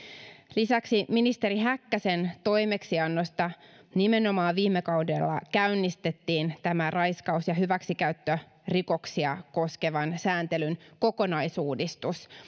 lisäksi ministeri häkkäsen toimeksiannosta nimenomaan viime kaudella käynnistettiin tämä raiskaus ja hyväksikäyttörikoksia koskevan sääntelyn kokonaisuudistus